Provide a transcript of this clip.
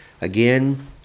again